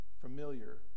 familiar